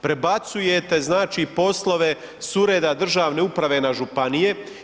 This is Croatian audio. Prebacujete znači poslove sa ureda državne uprave na županije.